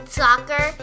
soccer